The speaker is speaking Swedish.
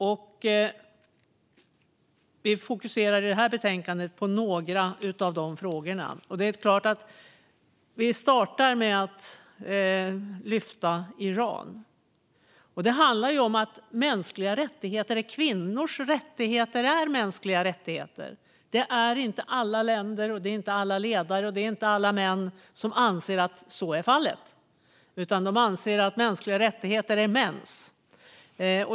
I betänkandet fokuserar vi på några av dessa frågor. Vi startar med att lyfta fram Iran. Det handlar om att mänskliga rättigheter är kvinnors rättigheter är mänskliga rättigheter. Det är inte alla länder, alla ledare och alla män som anser att så är fallet. De anser att mänskliga rättigheter är mäns.